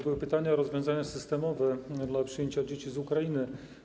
Były pytanie o rozwiązania systemowe dla przyjęcia dzieci z Ukrainy.